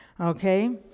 Okay